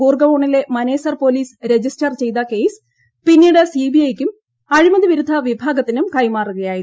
ഗുർഗാവോണിലെ Manesar police register ചെയ്ത case പിന്നീട് സിബിഐക്കും അഴിമതി വിരുദ്ധ വിഭാഗത്തിനും കൈമാറുകയായിരുന്നു